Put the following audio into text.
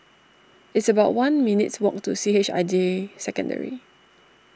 it's about one minutes' walk to C H I J Secondary